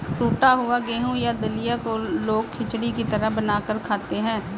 टुटा हुआ गेहूं या दलिया को लोग खिचड़ी की तरह बनाकर खाते है